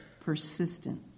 persistent